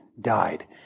died